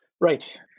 Right